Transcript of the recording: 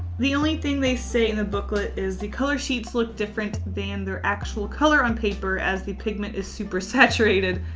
the only thing they say in the booklet is the color sheets look different than their actual color on paper as the pigment is super saturated.